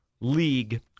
league